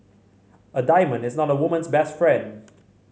a diamond is not a woman's best friend